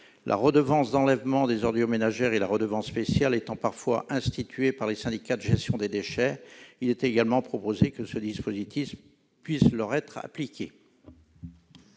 La redevance d'enlèvement des ordures ménagères et la redevance spéciale étant parfois instituées par les syndicats de gestion des déchets, il est également proposé que ce dispositif puisse leur être appliqué.